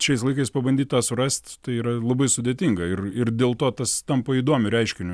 šiais laikais pabandyt tą surast tai yra labai sudėtinga ir ir dėl to tas tampa įdomiu reiškiniu